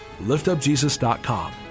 liftupjesus.com